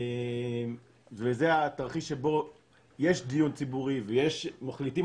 וזה התרחיש שבו יש דיון ציבורי ומחליטים